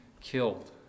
killed